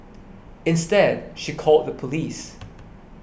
instead she called the police